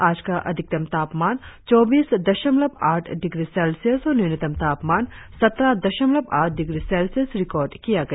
आज का अधिकतम तापमान चौबीस दशमलव आठ डिग्री सेल्सियस और न्यूनतम तापमान सत्रह दशमलव आठ डिग्री सेल्सियस रिकार्ड किया गया